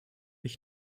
ich